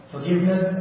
Forgiveness